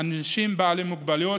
אנשים בעלי מוגבלויות.